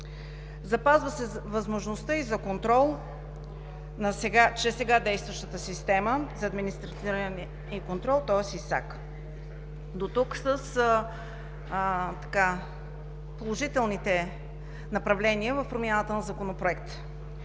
Запазва се възможността и за контрол чрез сега действащата система за администриране и контрол, тоест ИСАК. Дотук с положителните направления в промяната на Законопроекта.